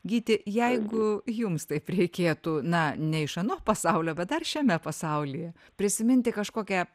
gyti jeigu jums taip reikėtų na ne iš ano pasaulio bet dar šiame pasaulyje prisiminti kažkokią